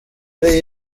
ari